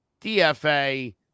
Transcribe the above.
DFA